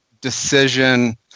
decision